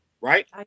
Right